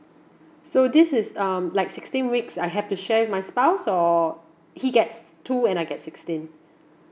so this is um like sixteen weeks I have to share with my spouse or he gets two and I get sixteen